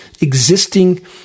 existing